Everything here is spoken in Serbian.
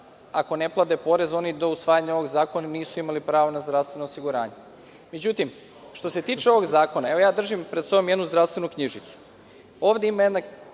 Ako ne plate porez, oni do usvajanja ovog zakona nisu imali pravo na zdravstveno osiguranje. Što se tiče ovog zakona, evo, držim pred sobom jednu zdravstvenu knjižicu. Ovde ima jedna